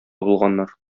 булганнар